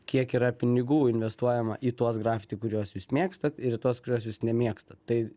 kiek yra pinigų investuojama į tuos grafiti kuriuos jūs mėgstat ir į tuos kuriuos jūs nemėgstat tai